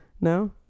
No